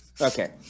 Okay